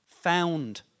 found